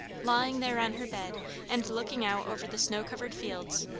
lying there on her bed and looking out over the snow-covered fields,